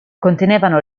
contenevano